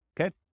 Okay